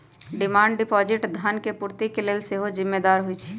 demand deposit धन के पूर्ति के लेल सेहो जिम्मेदार होइ छइ